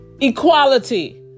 equality